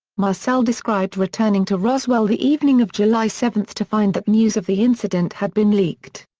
marcel described returning to roswell the evening of july seven to find that news of the incident had been leaked.